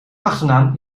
achternaam